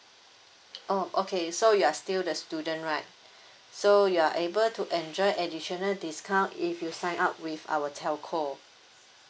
oh okay so you are still the student right so you are able to enjoy additional discount if you sign up with our telco